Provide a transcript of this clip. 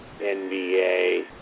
NBA